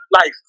life